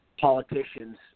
politicians